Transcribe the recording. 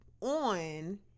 on